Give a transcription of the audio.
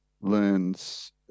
learns